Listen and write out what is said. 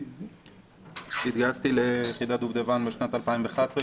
התגייסתי ליחידת דובדבן בשנת 2011,